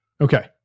Okay